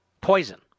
Poison